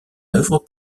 œuvre